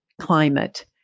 climate